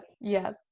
Yes